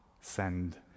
send